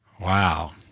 Wow